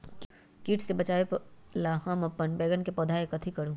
किट से बचावला हम अपन बैंगन के पौधा के कथी करू?